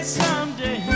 someday